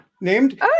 Named